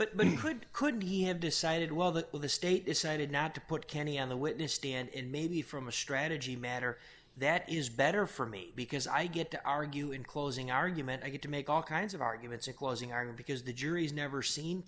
but couldn't he have decided well that the state decided not to put kenny on the witness stand and maybe from a strategy manner that is better for me because i get to argue in closing argument i get to make all kinds of arguments in closing are because the jury's never seen